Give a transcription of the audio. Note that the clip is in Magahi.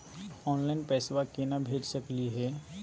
ऑनलाइन पैसवा केना भेज सकली हे?